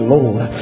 Lord